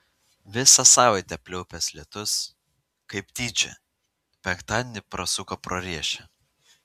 visą savaitę pliaupęs lietus kaip tyčia penktadienį prasuko pro riešę